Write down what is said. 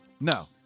No